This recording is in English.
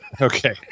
Okay